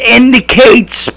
indicates